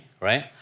right